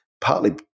partly